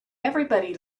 everybody